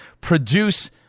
produce